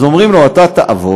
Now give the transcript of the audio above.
אז אומרים לו: אתה תעבוד,